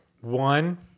One